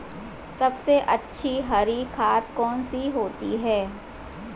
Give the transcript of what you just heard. सबसे अच्छी हरी खाद कौन सी होती है?